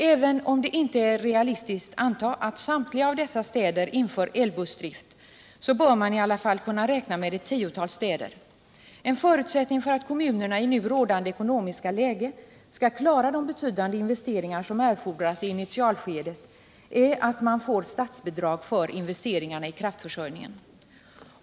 Även om det inte är realistiskt att anta att samtliga dessa städer inför elbussdrift bör man i alla fall kunna räkna med att ett tiotal städer gör det. En förutsättning för att kommunerna i nu rådande ekonomiska läge skall klara de betydande investeringar som erfordras i initialskedet är att de får statsbidrag för investeringarna i kraftförsörjningen.